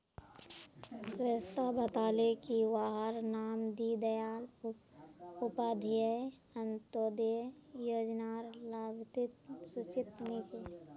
स्वेता बताले की वहार नाम दीं दयाल उपाध्याय अन्तोदय योज्नार लाभार्तिर सूचित नी छे